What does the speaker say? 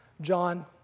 John